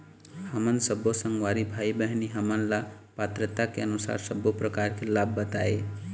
हमन सब्बो संगवारी भाई बहिनी हमन ला पात्रता के अनुसार सब्बो प्रकार के लाभ बताए?